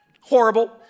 horrible